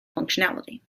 functionality